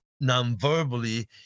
non-verbally